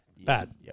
bad